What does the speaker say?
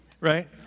right